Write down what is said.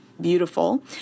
beautiful